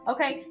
Okay